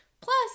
plus